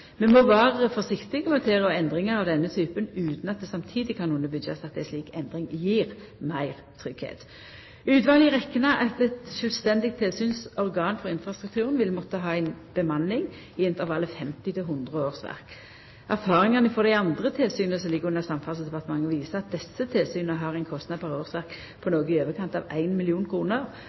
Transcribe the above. må vera forsiktige med å tilrå endringar av denne typen utan at det samstundes kan underbyggjast at ei slik endring gjev meir tryggleik. Utvalet rekna at eit sjølvstendig tilsynsorgan for infrastrukturen vil måtta ha ei bemanning i intervallet 50 til 100 årsverk. Erfaringane frå dei andre tilsyna som ligg under Samferdselsdepartementet, viser at desse tilsyna har ein kostnad per årsverk på noko i overkant av